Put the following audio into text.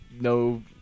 No